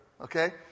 okay